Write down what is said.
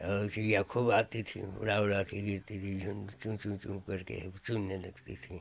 और चिड़िया खूब आती थी उड़ा उड़ा के गिरती थी चूँ चूँ चूँ करके चुनने बैठती थी